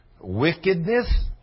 wickedness